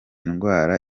ndwara